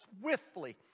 swiftly